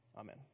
Amen